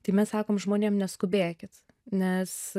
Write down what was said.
tai mes sakom žmonėm neskubėkit nes